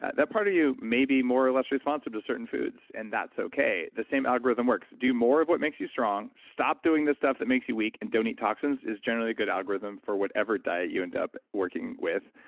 that part of you may be more or less responsive to certain foods, and that's okay. the same algorithm works. do more of what makes you strong, stop doing the stuff that makes you weak and don't eat toxins, is generally good algorithm for whatever diet you end up working with.